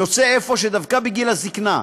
יוצא אפוא שדווקא בגיל הזיקנה,